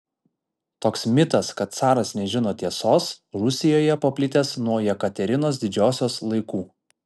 toks mitas kad caras nežino tiesos rusijoje paplitęs nuo jekaterinos didžiosios laikų